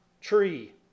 tree